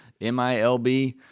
MILB